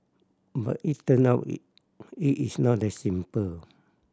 but it turn out it it is not that simple